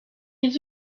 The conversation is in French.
est